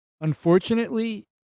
unfortunately